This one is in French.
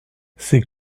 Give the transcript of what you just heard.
ces